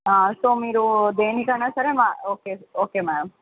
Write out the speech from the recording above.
so మీరు దేనికైనా సరే మా ఓకే ఓకే మ్యామ్